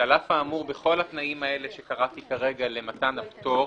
שעל אף האמור בכל התנאים האלה שקראתי כרגע למתן הפטור,